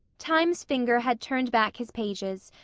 time's finger had turned back his pages,